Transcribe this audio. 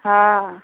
हँ